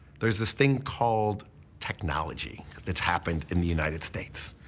there's this thing called technology that's happened in the united states.